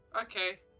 Okay